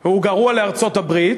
הוא גרוע לארצות-הברית,